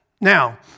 Now